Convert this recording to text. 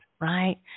right